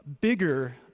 bigger